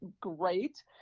great